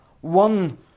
one